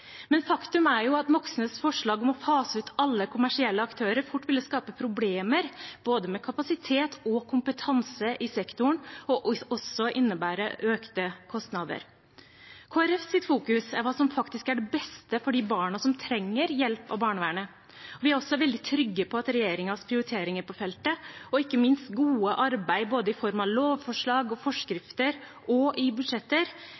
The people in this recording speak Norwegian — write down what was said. men faktum er jo at Moxnes’ forslag om å fase ut alle kommersielle aktører fort ville skape problemer både med kapasitet og med kompetanse i sektoren, og også innebære økte kostnader. Kristelig Folkepartis fokus er hva som faktisk er det beste for de barna som trenger hjelp av barnevernet. Vi er også veldig trygge på at regjeringens prioriteringer på feltet, og ikke minst deres gode arbeid både i form av lovforslag og forskrifter og i budsjetter,